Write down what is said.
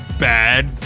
Bad